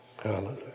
Hallelujah